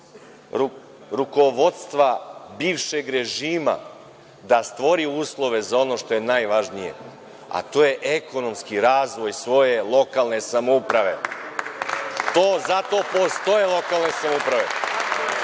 rukovodstva bivšeg režima da stvori uslove za ono što je najvažnije, a to je ekonomski razvoj svoje lokalne samouprave. Zato postoje lokalne samouprave,